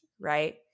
right